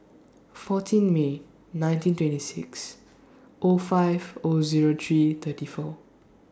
fourteen May nineteen twenty six O five O Zero three thirty four